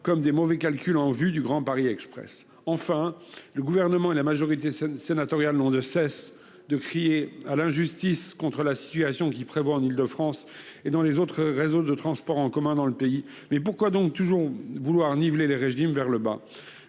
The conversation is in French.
comme des mauvais calculs en vue du Grand Paris Express. Enfin, le Gouvernement et la majorité sénatoriale n'ont de cesse de crier à l'injustice contre la situation qui prévaut en Île-de-France et celle des autres réseaux de transports en commun dans le pays. Mais pourquoi toujours vouloir niveler les régimes par le bas ?